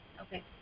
Okay